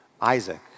Isaac